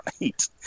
right